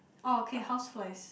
oh okay houseflies